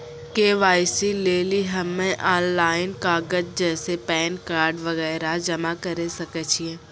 KYC लेली हम्मय online कागज जैसे पैन कार्ड वगैरह जमा करें सके छियै?